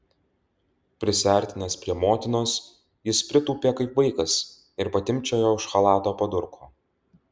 prisiartinęs prie motinos jis pritūpė kaip vaikas ir patimpčiojo už chalato padurko